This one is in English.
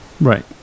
right